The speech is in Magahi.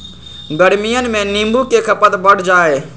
गर्मियन में नींबू के खपत बढ़ जाहई